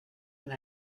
when